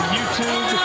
YouTube